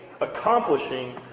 accomplishing